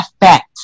effect